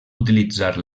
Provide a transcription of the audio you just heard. utilitzar